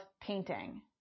painting